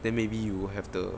then maybe you will have the